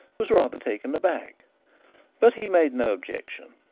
was rather taken aback but he made no objection.